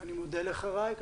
אני מודה לך, ראיק.